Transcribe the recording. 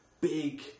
big